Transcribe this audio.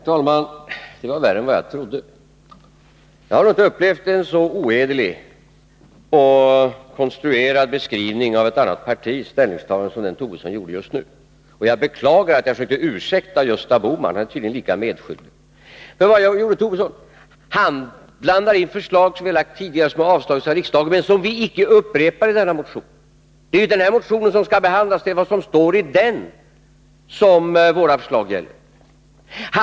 Herr talman! Det var värre än vad jag trodde. Jag har inte upplevt en så ohederlig och konstruerad beskrivning av ett annat partis ställningstagande som den Lars Tobisson gjorde just nu. Jag beklagar att jag försökte ursäkta Gösta Bohman. Han är tydligen medskyldig. Men vad gjorde Lars Tobisson? Han blandade in förslag som vi har lagt fram tidigare och som avslagits av riksdagen men som vi icke upprepar i den motion som nu behandlas. Vad som står i den motionen är de förslag som det nu gäller.